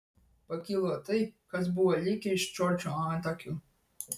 pakilo tai kas buvo likę iš džordžo antakių